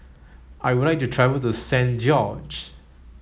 I would like to travel to Saint George